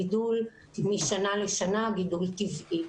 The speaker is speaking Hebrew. גידול משנה לשנה, גידול טבעי.